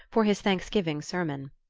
for his thanksgiving sermon.